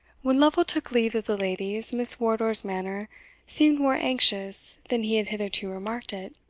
when lovel took leave of the ladies, miss wardour's manner seemed more anxious than he had hitherto remarked it.